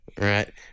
Right